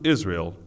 Israel